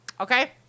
Okay